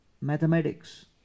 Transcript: mathematics